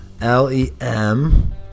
L-E-M